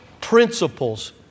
principles